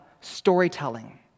storytelling